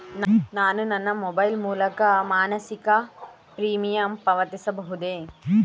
ನಾನು ನನ್ನ ಮೊಬೈಲ್ ಮೂಲಕ ಮಾಸಿಕ ಪ್ರೀಮಿಯಂ ಪಾವತಿಸಬಹುದೇ?